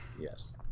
Yes